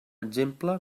exemple